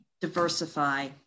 diversify